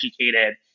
educated